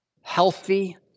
healthy